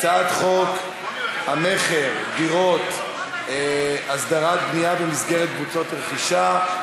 הצעת חוק המכר (דירות) (הסדרת בנייה במסגרת קבוצות רכישה),